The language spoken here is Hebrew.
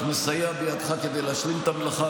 אנחנו נסייע בידך להשלים את המלאכה